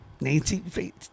Nancy